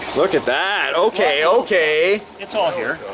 look at that, okay, okay! it's all here.